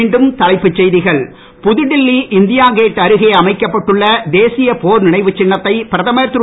மீண்டும் தலைப்புச் செய்திகள் புதுடில்லி இண்டியா கேட் அருகே அமைக்கப்பட்டுள்ள தேசிய போர் நினைவுச் சின்னத்தை பிரதமர் திரு